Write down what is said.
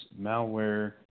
malware